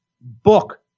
book